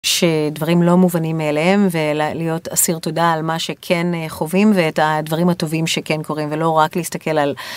שדברים לא מובנים אליהם ולהיות אסיר תודה על מה שכן חווים ואת הדברים הטובים שכן קורים ולא רק להסתכל על